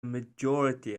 majority